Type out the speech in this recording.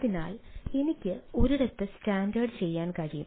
അതിനാൽ എനിക്ക് ഒരിടത്ത് സ്റ്റാൻഡേർഡ് ചെയ്യാൻ കഴിയും